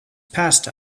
passed